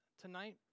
tonight